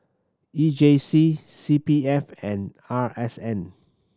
E J C C P F and R S N